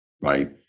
right